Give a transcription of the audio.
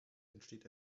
entsteht